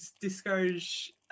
discourage